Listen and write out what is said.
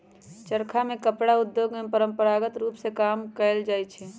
चरखा से कपड़ा उद्योग में परंपरागत रूप में काम कएल जाइ छै